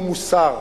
היא מוסר.